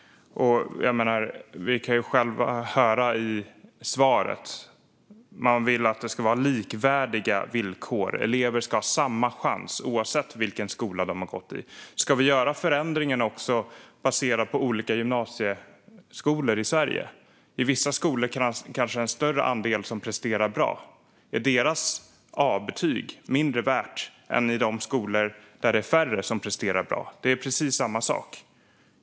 Vi kan ju höra i svaret att man vill att det ska vara likvärdiga villkor. Elever ska ha samma chans, oavsett vilken skola de gått i. Ska vi göra förändringen baserat på olika gymnasieskolor i Sverige? I vissa skolor är det kanske en större andel som presterar bra. Är deras Abetyg mindre värt än i de skolor där det är färre som presterar bra? Det är precis samma sak.